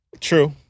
True